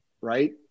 Right